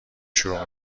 شروع